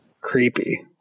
Creepy